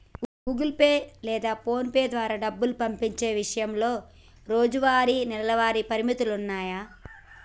Google Pay లేదా PhonePe ద్వారా డబ్బు పంపించే ఇషయంలో రోజువారీ, నెలవారీ పరిమితులున్నాయి